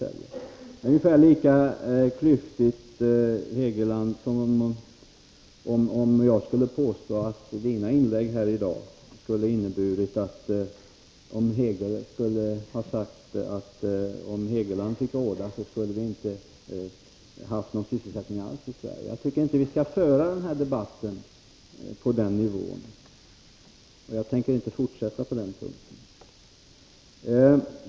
Det är ungefär lika klyftigt som om jag efter Hugo Hegelands inlägg här i dag skulle påstå att om han fick råda, skulle vi inte ha någon sysselsättning alls i Sverige. Jag tycker inte att vi skall föra debatten på den nivån, och jag tänker inte fortsätta på den punkten.